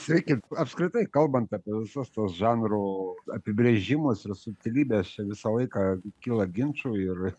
sveiki apskritai kalbant apie visus tuos žanro apibrėžimus ir subtilybes čia visą laiką kyla ginčų ir